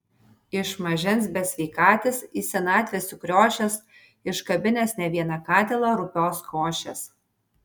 iš mažens besveikatis į senatvę sukriošęs iškabinęs ne vieną katilą rupios košės